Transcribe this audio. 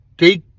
take